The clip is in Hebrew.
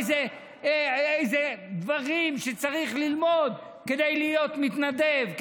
אילו דברים צריך ללמוד כדי להיות מתנדב,